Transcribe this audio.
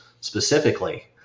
specifically